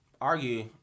argue